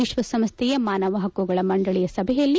ವಿಶ್ವಸಂಸ್ಥೆಯ ಮಾನವ ಹಕ್ಕುಗಳ ಮಂಡಳಿ ಸಭೆಯಲ್ಲಿ